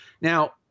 Now